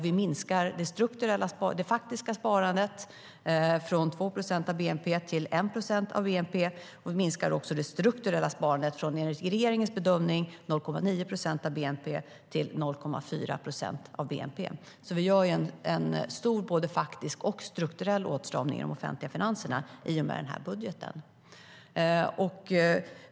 Vi minskar det faktiska sparandet från 2 procent av bnp till 1 procent av bnp, och vi minskar det strukturella sparandet från enligt regeringens bedömning 0,9 procent av bnp till 0,4 procent av bnp. I och med den här budgeten gör vi alltså en stor både faktisk och strukturell åtstramning av de offentliga finanserna.